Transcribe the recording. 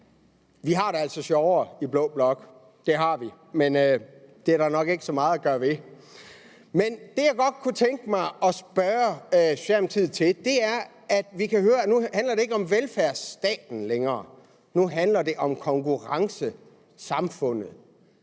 Vi har det altså sjovere i blå blok – det har vi – men det er der nok ikke så meget at gøre ved. Men det, jeg godt kunne tænke mig at spørge Socialdemokratiet til, er, at vi nu kan høre, at det ikke handler om velfærdsstaten længere, nu handler det om konkurrencesamfundet.